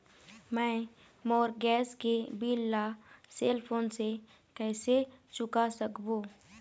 मैं मोर गैस के बिल ला सेल फोन से कइसे चुका सकबो?